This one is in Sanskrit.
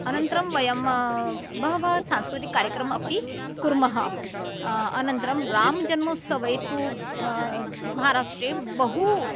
अनन्तरं वयं बहवः सांस्कृतिकं कार्यक्रममपि कुर्मः अनन्तरं रामजन्मोत्सवे तु म महाराष्ट्रे बहु